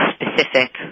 specific